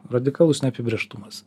radikalus neapibrėžtumas